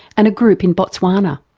and a group in botswana.